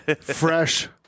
fresh